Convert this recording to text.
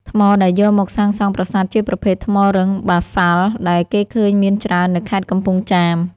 ថ្មដែលយកមកសាងសង់ប្រាសាទជាប្រភេទ ថ្មរឹងបាសាល់ ដែលគេឃើញមានច្រើននៅខេត្តកំពង់ចាម។